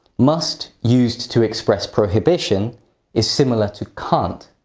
must used to express prohibition is similar to can't.